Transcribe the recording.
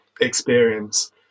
experience